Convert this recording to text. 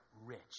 rich